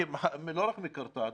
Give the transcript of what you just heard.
לא רק מקרטעת.